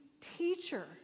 teacher